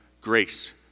grace